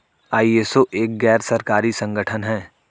ISO एक गैर सरकारी संगठन है